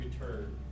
return